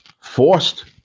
forced